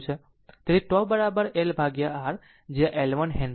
તેથી τ LR જ્યાં L 1 henry